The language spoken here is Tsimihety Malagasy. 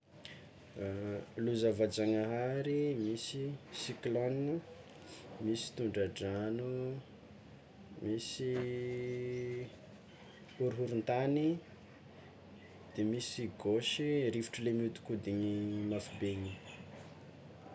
Loza voajagnahary: misy cyclone, misy tondra-drano, misy horohorontany, de misy gôshy rivotro le miodikodiny mafy be igny.